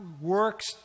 works